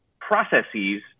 processes